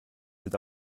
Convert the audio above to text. cet